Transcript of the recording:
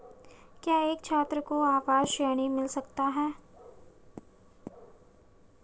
क्या एक छात्र को आवास ऋण मिल सकता है?